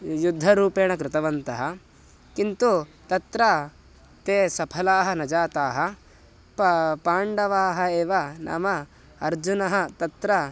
युद्धरूपेण कृतवन्तः किन्तु तत्र ते सफलाः न जाताः पा पाण्डवाः एव नाम अर्जुनः तत्र